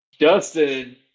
Justin